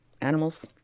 animals